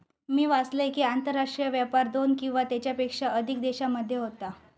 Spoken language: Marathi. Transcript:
मी वाचलंय कि, आंतरराष्ट्रीय व्यापार दोन किंवा त्येच्यापेक्षा अधिक देशांमध्ये होता